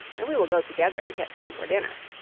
and we will go together and get some for dinner.